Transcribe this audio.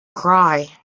cry